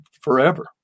forever